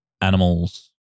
animals